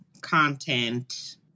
content